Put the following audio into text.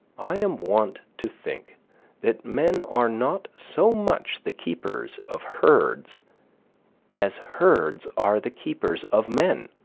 i am wont to think that men are not so much the keepers of herds as herds are the keepers of men,